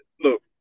look